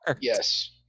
Yes